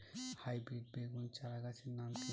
Hybrid বেগুন চারাগাছের নাম কি?